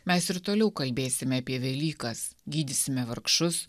mes ir toliau kalbėsime apie velykas gydysime vargšus